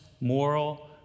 moral